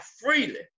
freely